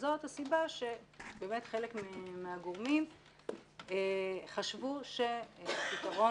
זאת הסיבה שבאמת חלק מהגורמים חשבו שהפתרון